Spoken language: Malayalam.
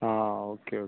ആ ഓക്കെ ഓക്കെ